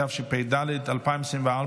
התשפ"ד 2024,